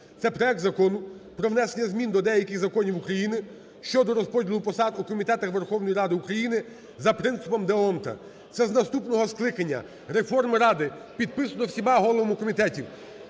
Це проект Закону про внесення змін до деяких законів України щодо розподілу посад у комітетах Верховної Ради України за принципом д'Ондта. Це з наступного скликання, реформи Ради, підписано всіма головами комітетів,